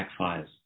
backfires